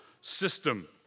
system